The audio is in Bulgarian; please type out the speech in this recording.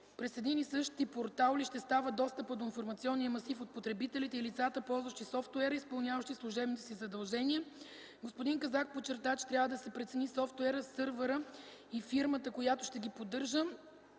през един и същи портал ли ще става достъпът до информационния масив от потребителите и лицата, ползващи софтуера, изпълняващи служебните си задължения. Господин Казак подчерта, че трябва да се прецени софтуерът, сървърът и фирмата, която ще ги поддържа,